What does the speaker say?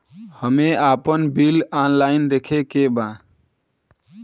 हमे आपन bill online देखे के बा?